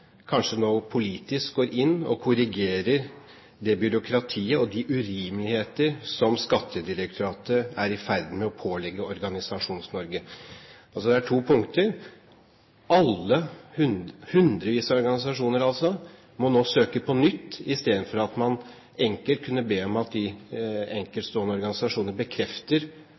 kanskje nå politisk går inn og korrigerer det byråkratiet og de urimeligheter som Skattedirektoratet er i ferd med å pålegge Organisasjons-Norge. Det er to punkter: Hundrevis av organisasjoner må nå søke på nytt i stedet for at man enkelt kunne be om at de enkeltstående organisasjonene bekrefter